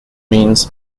means